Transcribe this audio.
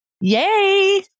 Yay